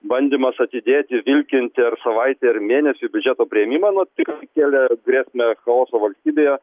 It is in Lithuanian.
bandymas atidėti vilkinti ar savaitei ar mėnesiui biudžeto priėmimą nu tikrai kėlė grėsmę chaoso valstybėje